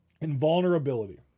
Invulnerability